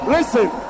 Listen